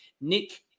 Nick